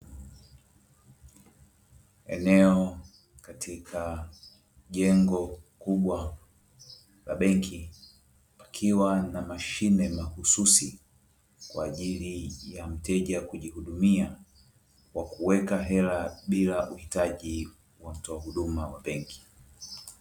Eneo katika jengo kubwa la benki, likiwa lina mashine mahususi kwa ajili ya mteja kujihudumia kwa kuweka hela bila kuhitaji watoa huduma wa benki.